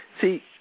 See